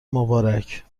مبارک